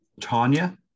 tanya